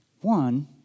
One